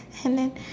and then